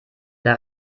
der